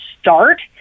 start